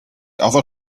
other